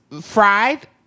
Fried